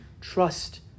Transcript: trust